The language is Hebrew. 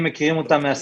מכירים אותם.